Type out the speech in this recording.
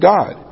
God